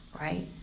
right